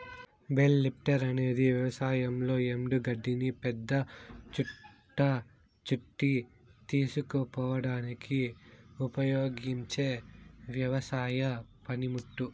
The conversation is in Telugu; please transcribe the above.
బేల్ లిఫ్టర్ అనేది వ్యవసాయంలో ఎండు గడ్డిని పెద్ద చుట్ట చుట్టి తీసుకుపోవడానికి ఉపయోగించే వ్యవసాయ పనిముట్టు